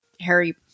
Harry